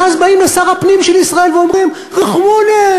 ואז באים לשר הפנים של ישראל ואומרים: רחמונס,